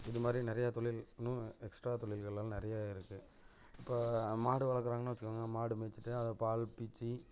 இதுமாதிரி நிறையா தொழில் இன்னும் எக்ஸ்ட்ரா தொழில்கள்லாம் நிறையா இருக்குது இப்போ மாடு வளர்க்குறாங்கனு வச்சுக்கோங்க மாடு மேய்ச்சிட்டு அதை பால் பீச்சி